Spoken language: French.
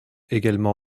également